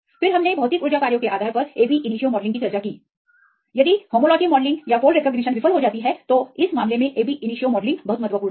फिर हमने भौतिक ऊर्जा कार्यों के आधार पर ab initio के बारे में चर्चा की यदि होमोलॉजी मॉडलिंग या फोल्ड रिकॉग्निशन विफल हो जाती है तो इस ab initio को करना बहुत महत्वपूर्ण है